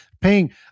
paying